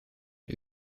een